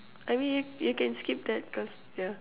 I mean you you can skip that cause ya